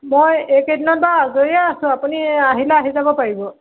মই একেইদিনত বাৰু আজৰিয়ে আছোঁ আপুনি আহিলে আহি যাব পাৰিব